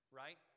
right